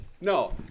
No